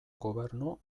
gobernu